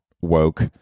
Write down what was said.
woke